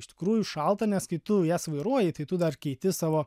iš tikrųjų šalta nes kai tu jas vairuoji tai tu dar keiti savo